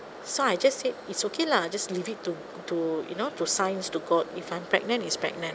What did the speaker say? so I just said it's okay lah just leave it to to you know to science to god if I'm pregnant is pregnant